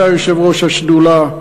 שהיה יושב-ראש השדולה,